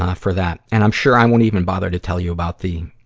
ah for that. and i'm sure i won't even bother to tell you about the,